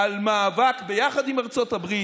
על מאבק, ביחד עם ארצות הברית,